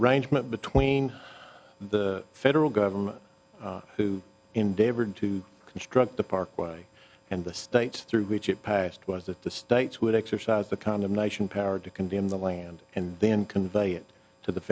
arrangement between the federal government who endeavored to construct the parkway and the states through which it passed was that the states would exercise the condemnation power to condemn the land and then convey it to the